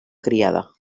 criada